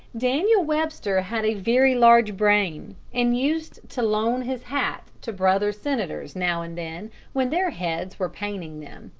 daniel webster had a very large brain, and used to loan his hat to brother senators now and then when their heads were paining them,